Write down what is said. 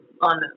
on